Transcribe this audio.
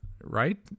right